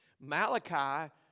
Malachi